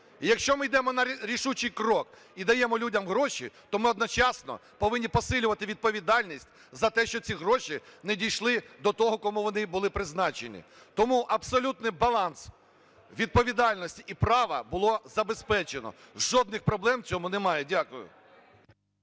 якщо ми йдемо на рішучий крок і даємо людям гроші, то ми одночасно повинні посилювати відповідальність за те, що ці гроші не дійшли до того, кому вони були призначені. Тому абсолютний баланс відповідальності і права було забезпечено, жодних проблем в цьому немає. Дякую.